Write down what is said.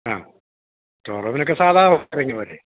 ആ സ്റ്റോർ റൂമിലൊക്കെ സാധാ വയറിങ് പോരേ